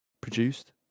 produced